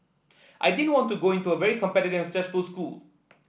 I didn't want to go into a very competitive and stressful school